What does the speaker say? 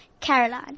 Caroline